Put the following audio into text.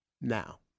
Now